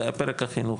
זה פרק החינוך.